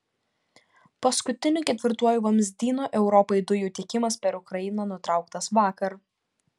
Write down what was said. paskutiniu ketvirtuoju vamzdynu europai dujų tiekimas per ukrainą nutrauktas vakar